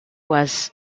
was